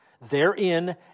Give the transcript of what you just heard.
Therein